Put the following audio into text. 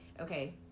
okay